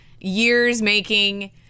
years-making